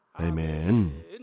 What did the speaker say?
Amen